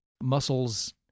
Muscle's